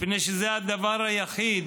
מפני שזה הדבר היחיד